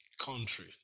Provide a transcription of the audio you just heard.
country